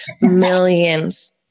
millions